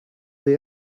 they